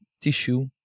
tissue